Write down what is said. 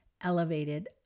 elevated